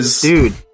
Dude